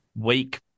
week